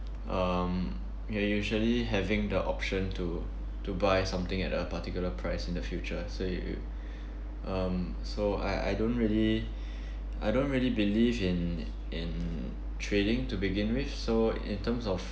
um you're usually having the option to to buy something at a particular price in the future so you you um so I I don't really I don't really believe in in trading to begin with so in terms of